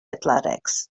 athletics